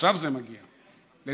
עכשיו זה מגיע, לדעתי.